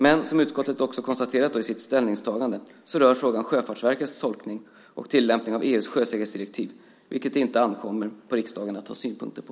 Men som utskottet också har konstaterat i sitt ställningstagande rör frågan Sjöfartsverkets tolkning och tillämpning av EU:s sjösäkerhetsdirektiv, vilket det inte ankommer på riksdagen att ha synpunkter på.